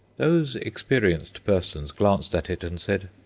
those experienced persons glanced at it and said,